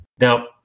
Now